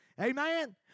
Amen